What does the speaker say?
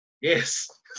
Yes